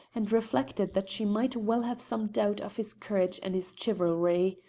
and reflected that she might well have some doubt of his courage and his chivalry.